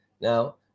now